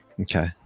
Okay